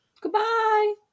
Goodbye